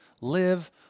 live